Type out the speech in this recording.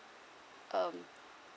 um